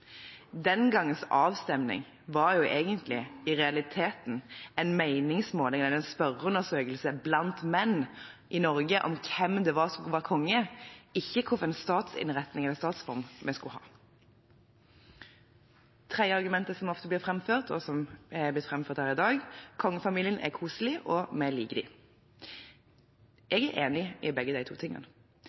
i realiteten en meningsmåling eller en spørreundersøkelse blant menn i Norge om hvem som skulle være konge – ikke hvilken statsform vi skulle ha. Det tredje argumentet som ofte blir framført, og som er blitt framført her i dag, er at kongefamilien er koselig, og vi liker dem. Jeg er enig i begge